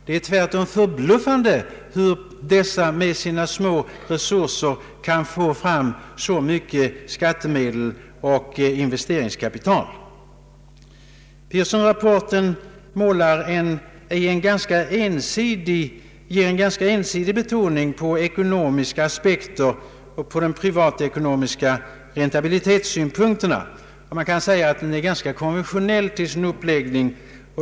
Det är tvärtom förbluffande hurusom dessa med sina små resurser kan få fram så mycket skattemedel och investeringskapital. Pearsonrapporten har en ganska ensidig betoning av ekonomiska aspekter och privatekonomiska räntabilitetssynpunkter. Den är något konventionell till sin uppläggning.